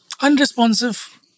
unresponsive